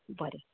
बरें